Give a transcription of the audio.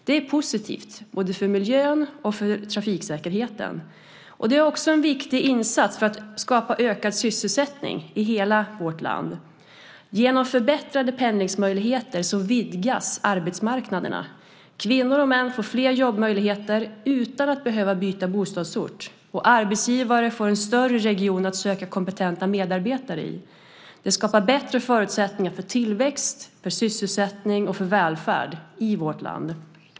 Det är positivt både för miljön och för trafiksäkerheten. Det är också en viktig insats för att skapa ökad sysselsättning i hela vårt land. Genom förbättrade pendlingsmöjligheter vidgas arbetsmarknaderna. Kvinnor och män får fler jobbmöjligheter utan att behöva byta bostadsort. Arbetsgivare får en större region att söka kompetenta medarbetare i. Det skapar bättre förutsättningar för tillväxt, för sysselsättning och för välfärd i vårt land.